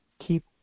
keep